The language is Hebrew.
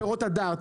פירות הדר,